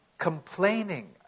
Complaining